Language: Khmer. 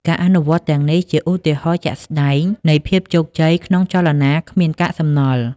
ការអនុវត្តទាំងនេះជាឧទាហរណ៍ជាក់ស្តែងនៃភាពជោគជ័យក្នុងចលនាគ្មានកាកសំណល់។